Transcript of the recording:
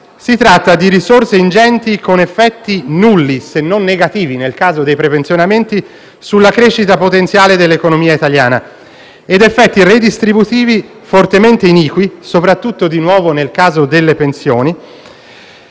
Si tratta di risorse ingenti con effetti nulli, se non negativi nel caso dei prepensionamenti, sulla crescita potenziale dell'economia italiana, e con effetti redistributivi fortemente iniqui, soprattutto nel caso delle pensioni.